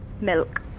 Milk